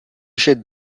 jette